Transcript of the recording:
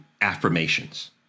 affirmations